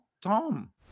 Tom